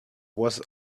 was